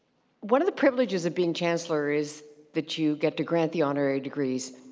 one of the privileges of being chancellor is that you get to grant the honorary degrees.